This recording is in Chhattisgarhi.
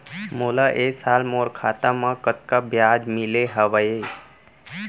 मोला ए साल मोर खाता म कतका ब्याज मिले हवये?